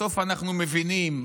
בסוף אנחנו מבינים.